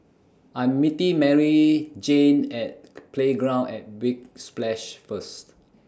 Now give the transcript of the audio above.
I'm meeting Maryjane At Playground At Big Splash First